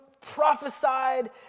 prophesied